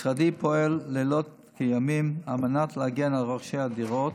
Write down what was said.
משרדי פועל לילות כימים על מנת להגן על רוכשי הדירות